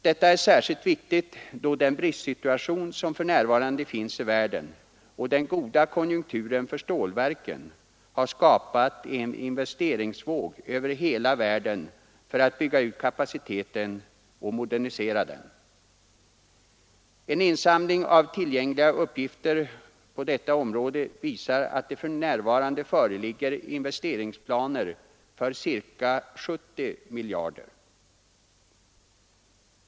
Detta är särskilt viktigt, då den bristsituation som Nr 91 för närvarande finns i världen och den goda konjunkturen för stålverken Tisdagen den har skapat en investeringsvåg över hela världen för att bygga ut 28 maj 1974 kapaciteten och modernisera. En insamling av tillgängliga uppgifter på —L —— detta område visar att det i dag föreligger investeringsplaner för ca 70 Finansiering av miljarder.